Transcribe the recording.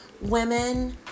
Women